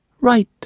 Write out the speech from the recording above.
right